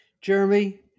Jeremy